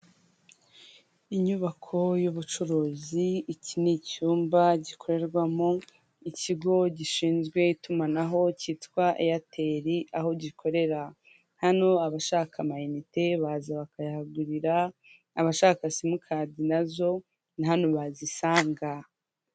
Ibirango bigaragaza inyubako emutiyene ikoreramo, emutiyene ni ikigo gishinzwe itumanaho gikorera hafi ku isi yose. Iki kigo kiradufasha cyane kuko gituma tubasha kubona uko tuvugana n'abantu bacu bari kure ndetse tukaba twakohererezanya n'amafaranga.